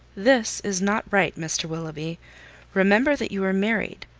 this is not right, mr. willoughby remember that you are married.